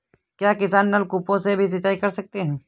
क्या किसान नल कूपों से भी सिंचाई कर सकते हैं?